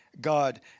God